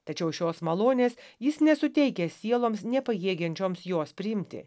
tačiau šios malonės jis nesuteikia sieloms nepajėgiančioms jos priimti